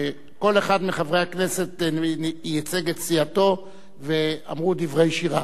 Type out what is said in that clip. וכל אחד מחברי הכנסת ייצג את סיעתו ואמרו דברי שירה.